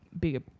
bigger